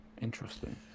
Interesting